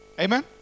Amen